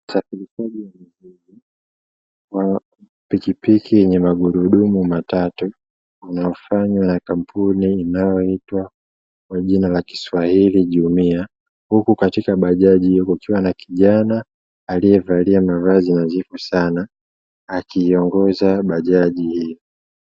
Pikipiki yenye magurudumu matatu, unaofanywa na kampuni inayoitwa kwa jina la kiswahili jumuia, huku katika bajaji kukiwa na kijana aliyevalia mavazi nazifu sana akiongoza bajaji hiyo.